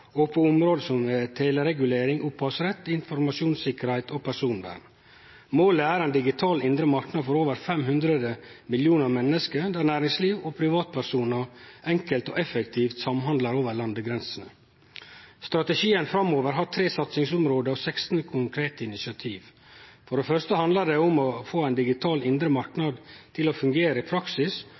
på område som teleregulering, opphavsrett, informasjonssikkerheit og personvern. Målet er ein digital indre marknad for over 500 millionar menneske, der næringsliv og privatpersonar enkelt og effektivt samhandlar over landegrensene. Strategien framover har tre satsingsområde og 16 konkrete initiativ. For det første handlar det om å få ein digital indre marknad til å fungere i praksis